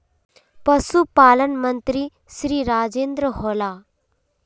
पशुपालन मंत्री श्री राजेन्द्र होला?